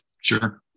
Sure